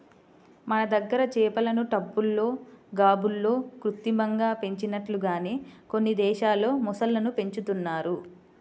మన దగ్గర చేపలను టబ్బుల్లో, గాబుల్లో కృత్రిమంగా పెంచినట్లుగానే కొన్ని దేశాల్లో మొసళ్ళను పెంచుతున్నారు